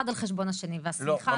על חשבון השני והשיחה הזאת --- לא,